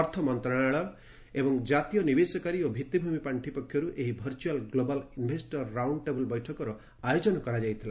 ଅର୍ଥ ମନ୍ତ୍ରଣାଳୟ ଏବଂ ଜାତୀୟ ନିବେଶକାରୀ ଓ ଭିତ୍ତିଭୂମି ପାଣ୍ଠି ପକ୍ଷରୁ ଏହି virtual global investor round table ବୈଠକର ଆୟୋଜନ କରାଯାଇଥିଲା